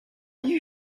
you